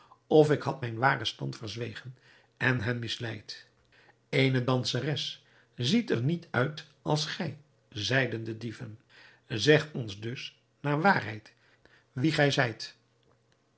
of ik had mijn waren stand verzwegen en hen misleid eene danseres ziet er niet uit als gij zeiden de dieven zeg ons dus naar waarheid wie gij zijt